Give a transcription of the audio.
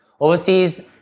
Overseas